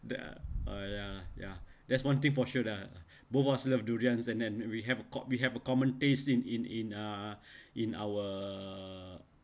the ah ya lah ya that's one thing for sure lah both of us love durians and then we have a co~ we have a common taste in in in uh in our